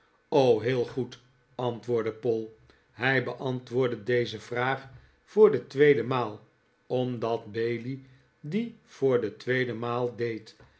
heel goed antwoordde poll hij beantwoordde deze vraag voor de tweede maal omdat bailey die voor de tweede maal deed